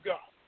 God